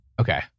Okay